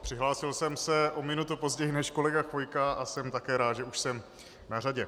Přihlásil jsem se o minutu později než kolega Chvojka a jsem také rád, že už jsem na řadě.